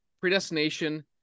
predestination